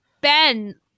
Ben